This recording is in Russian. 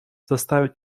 заставить